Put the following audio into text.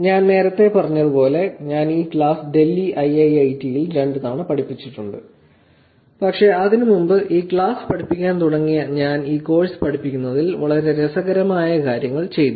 ഞാൻ നേരത്തെ പറഞ്ഞതുപോലെ ഞാൻ ഈ ക്ലാസ് ഡൽഹി ഐഐഐടിയിൽ രണ്ടുതവണ പഠിപ്പിച്ചിട്ടുണ്ട് പക്ഷേ അതിനുമുമ്പ് ഈ ക്ലാസ്സ് പഠിപ്പിക്കാൻ തുടങ്ങിയ ഞാൻ ഈ കോഴ്സ് പഠിപ്പിക്കുന്നതിൽ വളരെ രസകരമാകുന്ന കാര്യങ്ങൾ ചെയ്തു